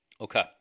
Okay